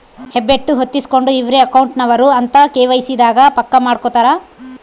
ಹೆಬ್ಬೆಟ್ಟು ಹೊತ್ತಿಸ್ಕೆಂಡು ಇವ್ರೆ ಅಕೌಂಟ್ ನವರು ಅಂತ ಕೆ.ವೈ.ಸಿ ದಾಗ ಪಕ್ಕ ಮಾಡ್ಕೊತರ